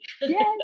Yes